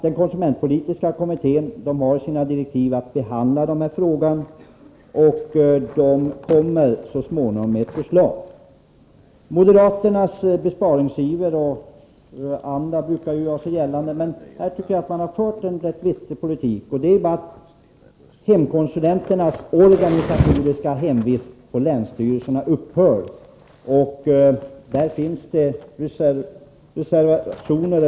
Den konsumentpolitiska kommittén har direktiv att behandla den här frågan, och den kommer så småningom med ett förslag. Moderaternas besparingsiver brukar ju göra sig gällande, men här tycker jag att det har förts en rätt vettig politik. Hemkonsulenternas organisatoriska hemvist på länsstyrelserna upphör, och mot det finns det reservationer.